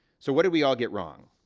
so what did we all get wrong?